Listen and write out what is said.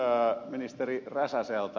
kysyn ministeri räsäseltä